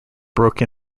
broke